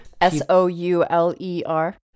S-O-U-L-E-R